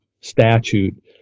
statute